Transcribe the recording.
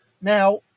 Now